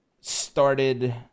started